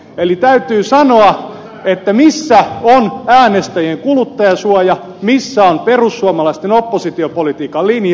eli täytyy kysyä missä on äänestäjien kuluttajansuoja missä on perussuomalaisten oppositiopolitiikan linja